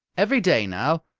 every day now,